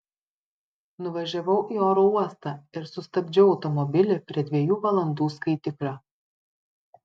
nuvažiavau į oro uostą ir sustabdžiau automobilį prie dviejų valandų skaitiklio